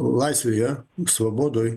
laisvėje svabodoj